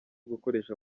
gukoresha